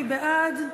מי בעד?